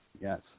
Yes